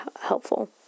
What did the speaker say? helpful